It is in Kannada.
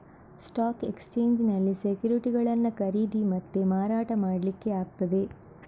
ಸ್ಟಾಕ್ ಎಕ್ಸ್ಚೇಂಜಿನಲ್ಲಿ ಸೆಕ್ಯುರಿಟಿಗಳನ್ನ ಖರೀದಿ ಮತ್ತೆ ಮಾರಾಟ ಮಾಡ್ಲಿಕ್ಕೆ ಆಗ್ತದೆ